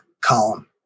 column